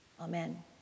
Amen